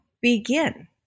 begin